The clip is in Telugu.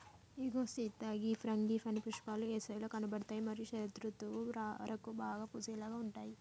ఇగో సీత గీ ఫ్రాంగిపానీ పుష్పాలు ఏసవిలో కనబడుతాయి మరియు శరదృతువు వరకు బాగా పూసేలాగా ఉంటాయి